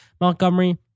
Montgomery